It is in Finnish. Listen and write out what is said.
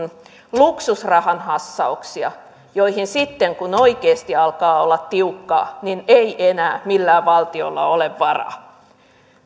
luksusrahan hassauksia joihin sitten kun oikeasti alkaa olla tiukkaa ei enää millään valtiolla ole varaa